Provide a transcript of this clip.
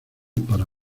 para